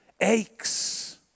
aches